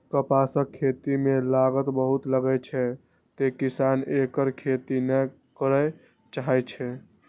कपासक खेती मे लागत बहुत लागै छै, तें किसान एकर खेती नै करय चाहै छै